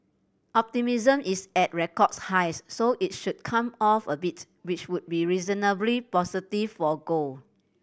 optimism is at record highs so it should come off a bit which would be reasonably positive for gold